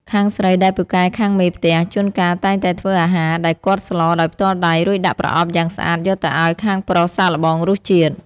ខាងស្រីដែលពូកែខាងមេផ្ទះ ជួនកាលតែងតែធ្វើអាហារដែលគាត់ស្លរដោយផ្ទាល់ដៃ រួចដាក់ប្រអប់យ៉ាងស្អាតយកទៅឱ្យខាងប្រុសសាកល្បងរសជាតិ។